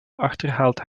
achterhaalt